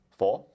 four